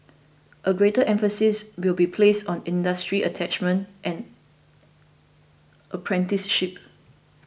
a greater emphasis will be placed on industry attachments and apprenticeships